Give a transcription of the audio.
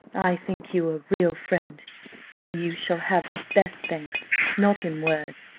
i think you a real friend you shall have the best thanks not in words,